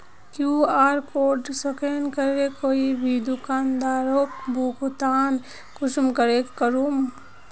QR code scan करे कोई भी दुकानदारोक भुगतान कुंसम करे करूम?